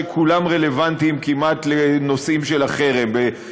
כמעט כולם רלוונטיים לנושאים של החרם: פיפ"א,